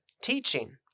teaching